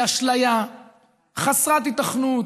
היא אשליה חסרת היתכנות.